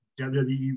WWE